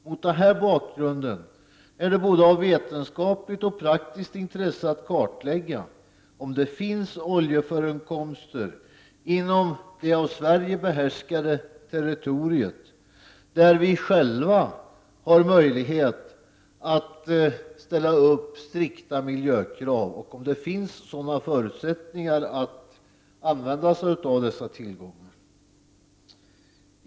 Det är mot denna bakgrund av både vetenskapligt och praktiskt intresse att kartlägga om det finns oljeförekomster inom det av Sverige behärskade territoriet och om det finns förutsättningar att använda sig av dessa tillgångar. Vi har också här möjlighet att ställa upp strikta miljökrav.